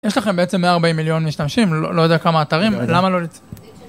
יש לכם בעצם 140 מיליון משתמשים, לא יודע כמה אתרים, למה לא...